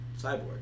cyborg